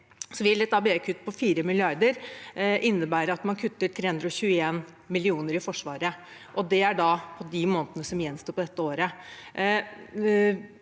vil et ABE-kutt på 4 mrd. kr innebære at man kutter 321 mill. kr i Forsvaret. Det er da på de månedene som gjenstår av dette året.